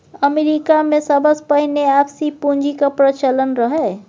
अमरीकामे सबसँ पहिने आपसी पुंजीक प्रचलन रहय